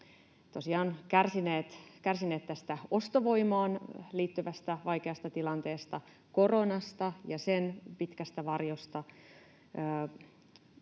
kärsineet tästä ostovoimaan liittyvästä vaikeasta tilanteesta, koronasta ja sen pitkästä varjosta.